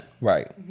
right